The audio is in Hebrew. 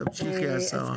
תמשיכי השרה.